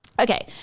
okay,